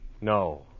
No